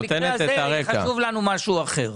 אבל במקרה הזה חשוב לנו משהו אחר.